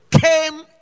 came